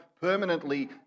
permanently